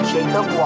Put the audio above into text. Jacob